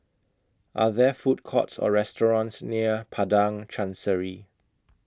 Are There Food Courts Or restaurants near Padang Chancery